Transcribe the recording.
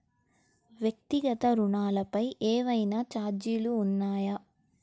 వ్యక్తిగత ఋణాలపై ఏవైనా ఛార్జీలు ఉన్నాయా?